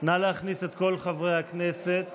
להכניס את כל חברי הכנסת